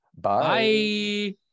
Bye